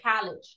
college